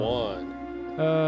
one